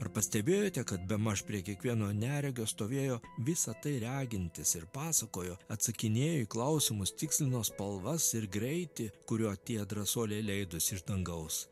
ar pastebėjote kad bemaž prie kiekvieno neregio stovėjo visa tai regintis ir pasakojo atsakinėjo į klausimus tikslino spalvas ir greitį kuriuo tie drąsuoliai leidosi iš dangaus